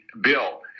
Bill